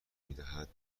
میدهد